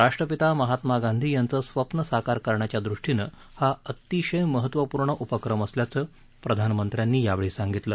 राष्ट्रपिता महात्मा गांधी यांचं स्वप्न साकार करण्याच्या दृष्टीनं हा अतिशय महत्वपूर्ण उपक्रम असल्याचं प्रधानमंत्र्यांनी यावेळी सांगितलं